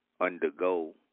undergo